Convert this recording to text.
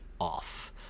off